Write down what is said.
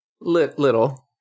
Little